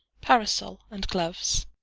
parasol, and gloves.